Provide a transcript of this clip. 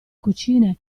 cucine